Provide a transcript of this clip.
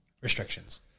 restrictions